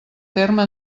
terme